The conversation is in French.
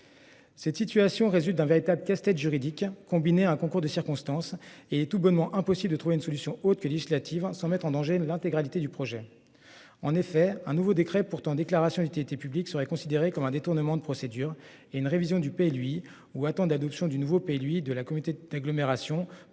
Cette situation résulte d'un véritable casse-tête juridique combiné à un concours de circonstances et est tout bonnement impossible de trouver une solution autre que législatives sans mettre en danger l'intégralité du projet. En effet un nouveau décret pourtant déclaration d'utilité publique serait considéré comme un détournement de procédure et une révision du P. lui ou attendent adoption du nouveau pays lui de la communauté d'agglomération